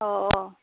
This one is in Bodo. औ औ